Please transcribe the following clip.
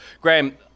Graham